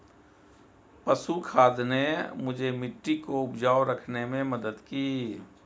पशु खाद ने मुझे मिट्टी को उपजाऊ रखने में मदद की